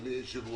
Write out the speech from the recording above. אדוני היושב ראש,